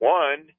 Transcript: one